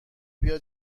بیا